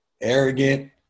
arrogant